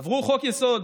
עברו חוק-יסוד: